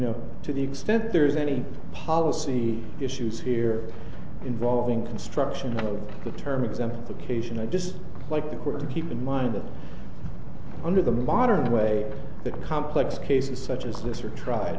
know to the extent there is any policy issues here involving construction the term exam for cation i just like the court to keep in mind that under the modern way that complex cases such as this are tried